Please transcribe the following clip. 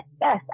Yes